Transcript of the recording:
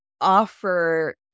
offer